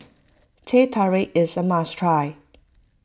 Teh Tarik is a must try